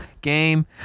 game